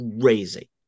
crazy